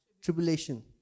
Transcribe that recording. tribulation